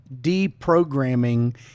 deprogramming